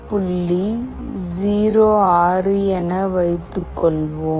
06 எனக் வைத்துக்கொள்வோம்